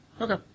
Okay